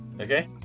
Okay